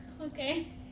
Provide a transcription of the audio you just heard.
okay